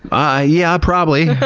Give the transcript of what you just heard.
but yeah, probably.